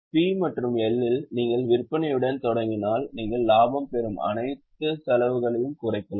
P மற்றும் L இல் நீங்கள் விற்பனையுடன் தொடங்கினால் நீங்கள் லாபம் பெறும் அனைத்து செலவுகளையும் குறைக்கலாம்